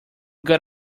got